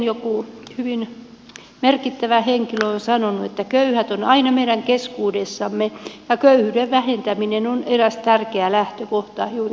joku hyvin merkittävä henkilö on sanonut että köyhät ovat aina meidän keskuudessamme ja köyhyyden vähentäminen on eräs tärkeä lähtökohta juuri kehitysyhteistyössä